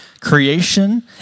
creation